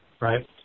right